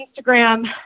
Instagram